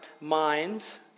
minds